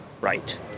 Right